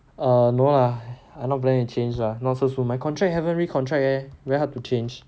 err no lah I'm not planning to change lah not so soon my contract haven't recontact eh very hard to change